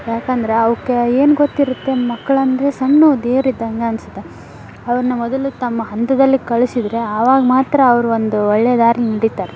ಯಾಕಂದರೆ ಅವಕ್ಕೆ ಏನು ಗೊತ್ತಿರುತ್ತೆ ಮಕ್ಳು ಅಂದರೆ ಸಣ್ಣವು ದೇವ್ರು ಇದ್ದಂಗೆ ಅನ್ಸುತ್ತೆ ಅವ್ರನ್ನ ಮೊದಲು ತಮ್ಮ ಹಂತದಲ್ಲಿ ಕಳಿಸಿದರೆ ಆವಾಗ ಮಾತ್ರ ಅವ್ರು ಒಂದು ಒಳ್ಳೆಯ ದಾರಿ ನಡಿತಾರೆ